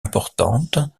importante